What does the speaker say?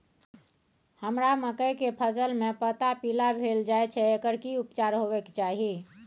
हमरा मकई के फसल में पता पीला भेल जाय छै एकर की उपचार होबय के चाही?